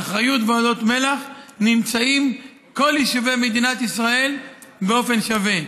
באחריות ועדות מל"ח נמצאים כל יישובי מדינת ישראל באופן שווה,